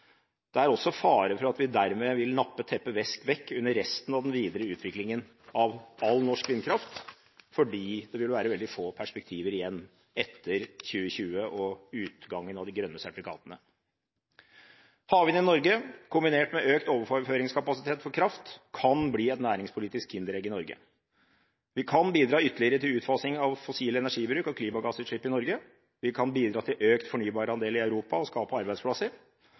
det er også fare for at vi dermed vil dra teppet vekk under resten av den videre utviklingen av all norsk vindkraft fordi det vil være veldig få perspektiver igjen etter 2020 ved utgangen av den grønne sertifikat-ordningen. Havvind i Norge, kombinert med økt overføringskapasitet for kraft, kan bli et næringspolitisk kinderegg i Norge. Vi kan bidra ytterligere til utfasing av fossil energibruk og klimagassutslipp i Norge. Vi kan bidra til økt fornybarandel i Europa og skape arbeidsplasser,